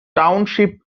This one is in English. township